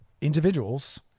individuals